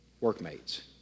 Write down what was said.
Workmates